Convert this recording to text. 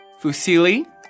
Fusili